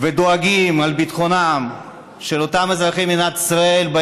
דואגים לביטחונם של אזרחי מדינת ישראל.